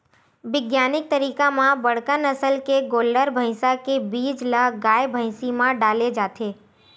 बिग्यानिक तरीका म बड़का नसल के गोल्लर, भइसा के बीज ल गाय, भइसी म डाले जाथे